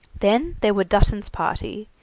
then there were dutton's party,